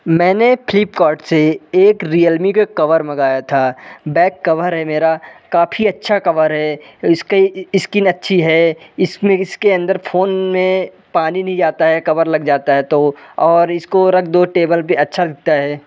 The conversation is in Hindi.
मैंने फ्लिपकार्ट से एक रियलमी का कवर मंगाया था बैक कव्हर है मेरा काफ़ी अच्छा कवर है इसकी स्किन अच्छी है इसमें इसके अंदर फोन में पानी नई जाता है कवर लग जाता है तो और इसको रख दो टेबल पे अच्छा दिखता है